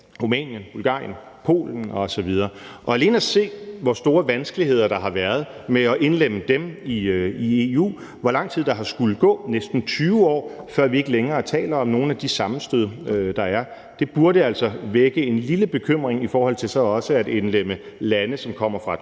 Rumænien, Bulgarien, Polen osv., og alene at se, hvor store vanskeligheder der har været med at indlemme dem i EU, hvor lang tid der har skullet gå, næsten 20 år, før vi ikke længere taler om nogle af de sammenstød, der er, burde altså vække en lille bekymring i forhold til så også at indlemme lande, som kommer fra et